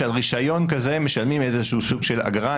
שעל הרישיון כזה משלמים איזשהו סוג של אגרה.